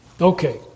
Okay